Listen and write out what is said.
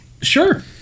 Sure